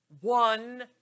one